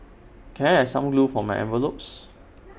can I have some glue for my envelopes